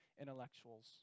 intellectuals